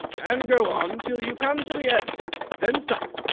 and go on till you come to the end then stop.